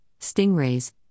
stingrays